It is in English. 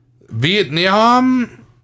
Vietnam